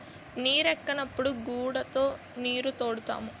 నీరెక్కనప్పుడు గూడతో నీరుతోడుతాము